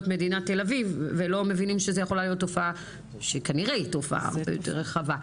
מדינת תל אביב ולא מבינים שכנראה היא תופעה הרבה יותר רחבה.